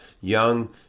young